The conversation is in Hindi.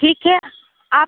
ठीक है आप